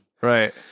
Right